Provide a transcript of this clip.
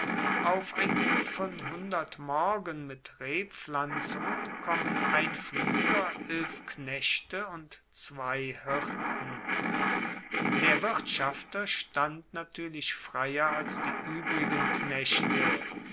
auf ein gut von morgen mit rebpflanzungen kommen ein pflueger elf knechte und zwei hirten der wirtschafter stand natuerlich freier als die uebrigen knechte